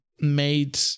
made